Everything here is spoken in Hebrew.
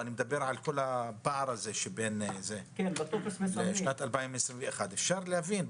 אני מדבר על הפער לשנת 2021. כן,